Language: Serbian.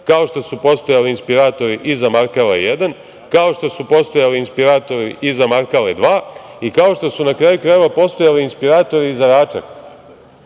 kao što su postojali inspiratori i za Markala jedan, kao što su postojali inspiratori i za Markale 2 i kao što su, na kraju krajeva, postojali inspiratori za Račak,